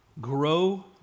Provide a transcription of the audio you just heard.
grow